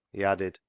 he added,